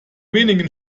wenigen